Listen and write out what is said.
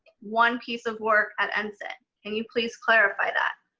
one piece of work at ensign. can you please clarify that?